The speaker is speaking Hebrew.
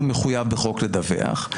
הוא מחויב בחוק לדווח,